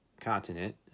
continent